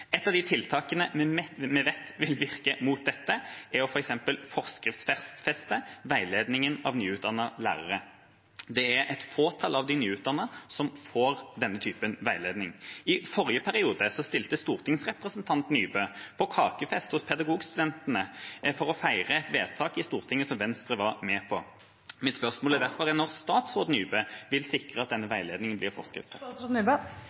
Et av de tiltakene vi vet vil virke mot dette, er å forskriftsfeste veiledningen av nyutdannede lærere. Et fåtall av de nyutdannede får denne typen veiledning. I forrige periode stilte stortingsrepresentant Nybø på kakefest hos pedagogstudentene for å feire et vedtak i Stortinget som Venstre var med på. Mitt spørsmål er derfor: Vil statsråd Nybø sikre denne